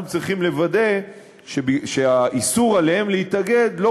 אנחנו צריכים לוודא שהאיסור להתאגד שחל עליהם